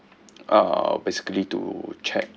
uh basically to check